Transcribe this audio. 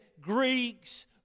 Greeks